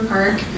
Park